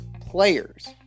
players